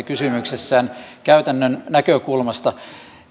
kysymyksessään käytännön näkökulmasta